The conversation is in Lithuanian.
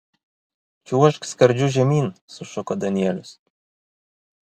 čiuožk skardžiu žemyn sušuko danielius